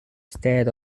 state